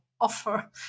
offer